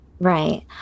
Right